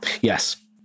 Yes